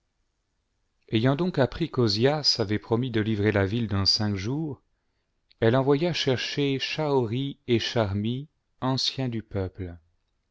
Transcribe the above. ayant donc appris qu'ozias avait promis de livrer la ville dans cinq jours elle envoya chercher cha'ori et charmi anciens du peuple